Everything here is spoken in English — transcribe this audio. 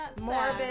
morbid